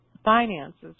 finances